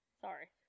Sorry